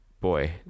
boy